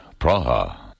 Praha